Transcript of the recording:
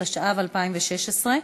התשע"ו 2016,